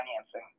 financing